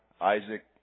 Isaac